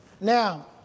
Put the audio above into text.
now